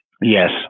Yes